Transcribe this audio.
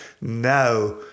Now